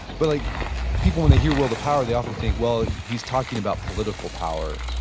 but like people when they hear will to power, they often think, well, he's talking about political power.